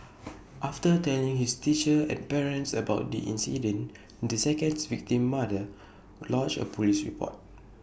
after telling his teacher and parents about the incident the second victim's mother lodged A Police report